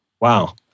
Wow